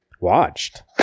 watched